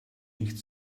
nicht